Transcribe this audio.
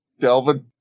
Delvin